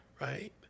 Right